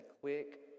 quick